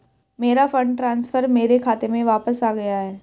मेरा fund transfer मेरे खाते में वापस आ गया है